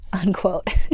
unquote